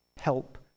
help